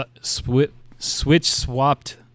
switch-swapped